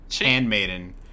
handmaiden